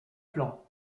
plan